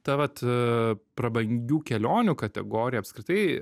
ta vat prabangių kelionių kategorija apskritai